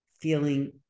feeling